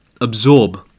absorb